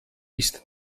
ist